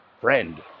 friend